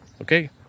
okay